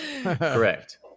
Correct